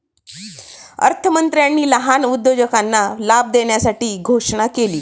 अर्थमंत्र्यांनी लहान उद्योजकांना लाभ देण्यासाठी घोषणा केली